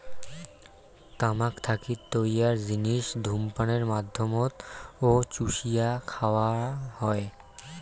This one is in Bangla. তামাক থাকি তৈয়ার জিনিস ধূমপানের মাধ্যমত ও চুষিয়া খাওয়া হয়